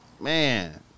man